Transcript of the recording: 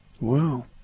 Wow